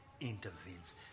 intervenes